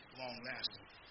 long-lasting